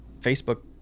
facebook